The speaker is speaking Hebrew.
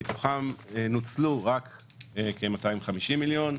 מתוכם נוצלו כ-250 מיליון בלבד.